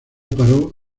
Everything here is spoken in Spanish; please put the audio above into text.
paró